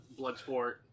Bloodsport